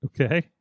Okay